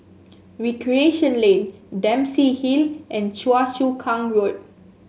Recreation Lane Dempsey Hill and Choa Chu Kang Road